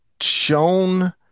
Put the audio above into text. shown